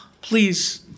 Please